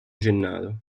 gennaro